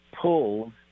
pulled